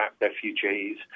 refugees